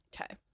Okay